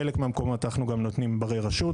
בחלק מהמקומות אנחנו גם נותנים ברי רשות.